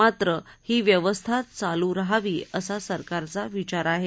मात्र ही व्यवस्थाच चालू रहवी असा सरकारचा विचार आहे